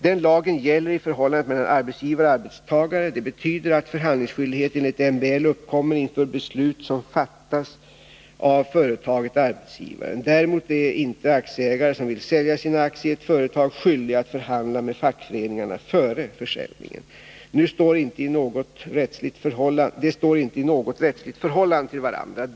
Den lagen gäller i förhållandet mellan arbetsgivare och arbetstagare. Det betyder att förhandlingsskyldighet enligt MBL uppkommer inför beslut som fattas av företagetarbetsgivaren. Däremot är inte aktieägare som vill sälja sina aktier i ett företag skyldiga att förhandla med fackföreningarna före försäljningen. De står inte i något rättsligt förhållande till varandra.